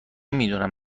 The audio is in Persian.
میدونم